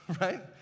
right